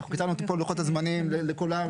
הצבנו לוחות זמנים לכולם,